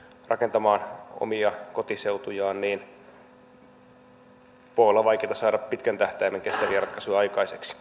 rakentamaan omia kotiseutujaan niin voi olla vaikeata saada pitkän tähtäimen kestäviä ratkaisuja aikaiseksi